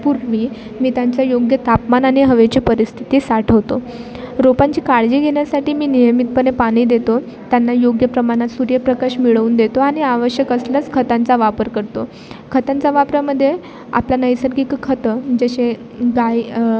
पूर्वी मी त्यांचं योग्य तापमान आणि हवेची परिस्थिती साठवतो रोपांची काळजी घेण्यासाठी मी नियमितपणे पाणी देतो त्यांना योग्य प्रमाणात सूर्यप्रकाश मिळवून देतो आणि आवश्यक असल्यास खतांचा वापर करतो खतांचा वापरामध्ये आपला नैसर्गिक खतं जसे गाय